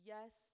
Yes